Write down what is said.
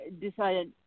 decided